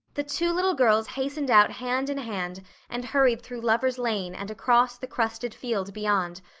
the two little girls hastened out hand in hand and hurried through lover's lane and across the crusted field beyond,